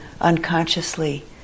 unconsciously